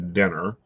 dinner